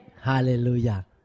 Hallelujah